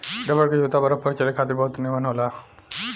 rubber के जूता बरफ पर चले खातिर बहुत निमन होला